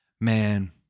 man